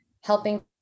helping